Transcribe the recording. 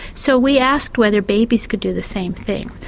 so we asked whether babies could do the same thing.